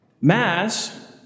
Mass